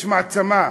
יש מעצמה,